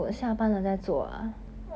good luck to you